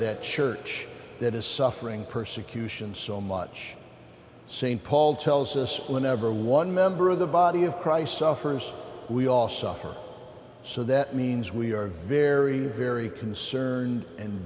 that church that is suffering persecution so much saint paul tells us whenever one member of the body of christ suffers we all suffer so that means we are very very concerned and